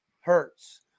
hurts